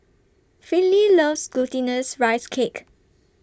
Finley loves Glutinous Rice Cake